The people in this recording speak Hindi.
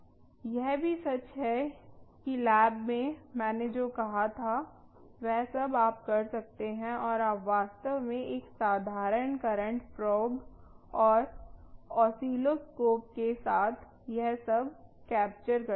यह भी सच है कि लैब में मैंने जो कहा था वह सब आप कर सकते हैं और आप वास्तव में एक साधारण करंट प्रोब और ऑसिलोस्कोप के साथ यह सब कैप्चर कर सकते हैं